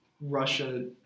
Russia